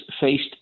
faced